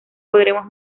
podremos